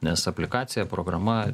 nes aplikacija programa